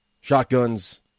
Shotgun's